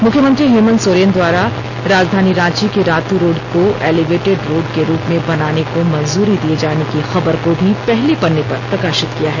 मुख्यमंत्री हेमन्त सोरेन द्वारा राजधानी रांची के रातू रोड को एलिवेटेड रोड के रूप में बनाने को मंजूरी दिए जाने की खबर को भी पहले पन्ने पर प्रकाशित किया है